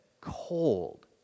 cold